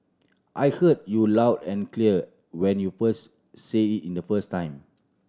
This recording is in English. I heard you loud and clear when you first said it in the first time